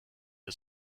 der